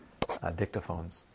dictaphones